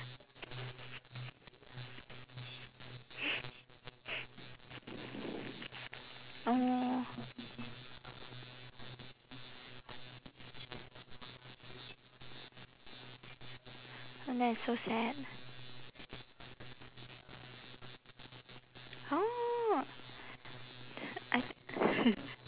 oh that is so sad oh that I th~